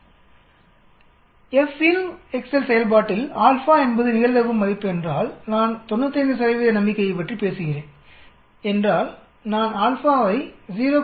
Insert the slide of FINV from the video FINV Excel செயல்பாட்டில்α என்பது நிகழ்தகவு மதிப்பு என்றால் நான் 95 நம்பிக்கையைப் பற்றி பேசுகிறேன் என்றால்நான் α ஐ 0